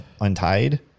untied